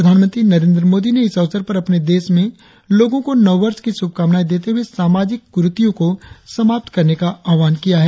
प्रधानमंत्री नरेंद्र मोदी ने इस अवसर पर अपने देश में लोगों को नववर्ष की शुभकामनाएं देते हुए सामाजिक कुरीतियों को समाप्त करने का आह्वान किया है